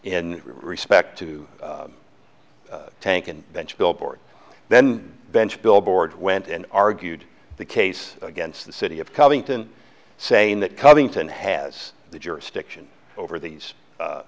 in respect to tank and bench billboards then bench billboard went and argued the case against the city of covington saying that covington has jurisdiction over these